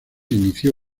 inició